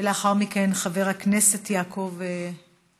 ולאחר מכן חבר הכנסת יעקב מרגי,